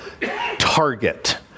target